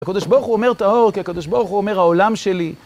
הקדוש ברוך הוא אומר טהור כי הקדוש ברוך הוא אומר העולם שלי